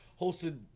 hosted